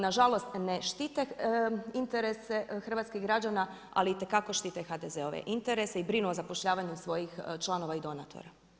Nažalost ne štite interese hrvatskih građana, ali itekako štite HDZ-ove interese i brinu o zapošljavanju svojih članova i donatora.